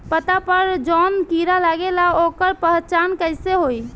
पत्ता पर जौन कीड़ा लागेला ओकर पहचान कैसे होई?